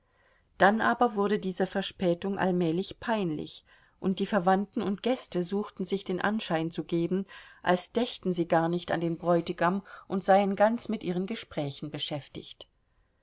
dann aber wurde diese verspätung allmählich peinlich und die verwandten und gäste suchten sich den anschein zu geben als dächten sie gar nicht an den bräutigam und seien ganz mit ihren gesprächen beschäftigt